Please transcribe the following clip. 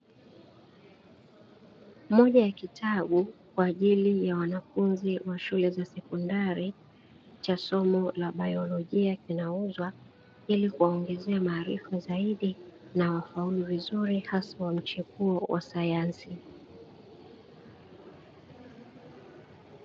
Moja ya kitabu kwaajili ya wanafunzi wa shule za sekondari ,cha somo la biologia kinauzwa ,ili kuwaongezea maarifa zaidi na wafaulu vizuri hasa wa mchepuo wa sayansi.